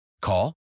Call